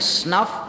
snuff